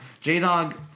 J-Dog